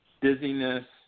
dizziness